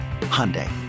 Hyundai